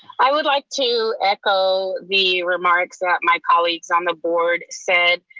i would like to echo the remarks that my colleagues on the board said.